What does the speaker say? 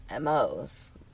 MOs